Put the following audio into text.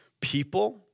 people